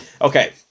okay